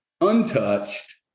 Untouched